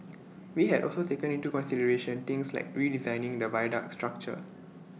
we had also taken into consideration things like redesigning the viaduct structure